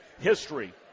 history